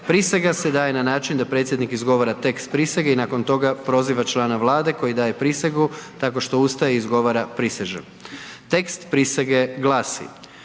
Prisega se daje na način da predsjednik izgovara tekst prisege i nakon toga proziva člana Vlade koji daje prisegu tako što ustaje i izgovara „prisežem“. Tekst prisege glasi: